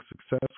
success